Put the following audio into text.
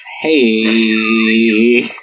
Hey